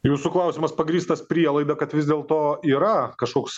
jūsų klausimas pagrįstas prielaida kad vis dėl to yra kažkoks